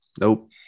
Nope